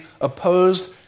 opposed